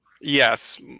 Yes